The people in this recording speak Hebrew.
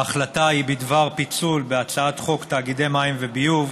ההחלטה היא בדבר פיצול הצעת חוק תאגידי מים וביוב,